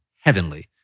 heavenly